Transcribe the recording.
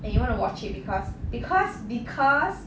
and you want to watch it because because because